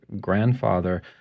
grandfather